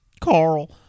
Carl